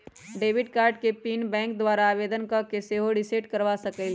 debit card के PIN के bank द्वारा आवेदन कऽ के सेहो रिसेट करबा सकइले